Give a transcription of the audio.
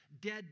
dead